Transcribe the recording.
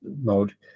mode